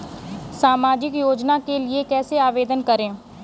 सामाजिक योजना के लिए कैसे आवेदन करें?